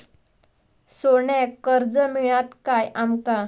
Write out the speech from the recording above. सोन्याक कर्ज मिळात काय आमका?